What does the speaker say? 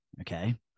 Okay